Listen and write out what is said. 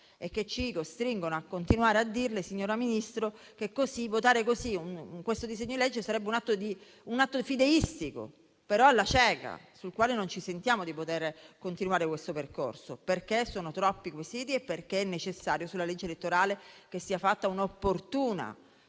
e che ci costringono a continuare a dirle, signora Ministro, che votare questo disegno di legge sarebbe un atto fideistico alla cieca. Non ci sentiamo di continuare questo percorso, perché sono troppi i quesiti irrisolti e perché è necessario che sulla legge elettorale sia fatta un'opportuna